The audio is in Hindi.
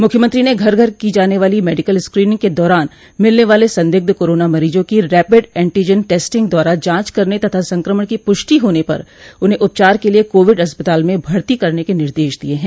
मुख्यमंत्री ने घर घर की जाने वाली मेडिकल स्क्रीनिंग के दौरान मिलने वाले संदिग्ध कोरोना मरीजों की रैपिड एंटीजन टैस्टिंग द्वारा जांच करने तथा संक्रमण की पुष्टि होने पर उन्हें उपचार के लिये कोविड अस्पताल में भर्ती करने के निर्देश दिये हैं